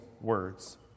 words